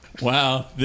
Wow